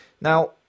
Now